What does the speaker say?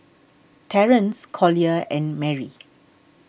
Terrance Collier and Merrie